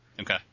Okay